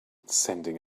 sending